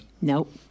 Nope